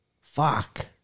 Fuck